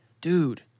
Dude